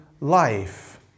life